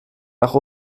nach